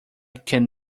can